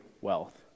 wealth